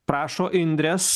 prašo indrės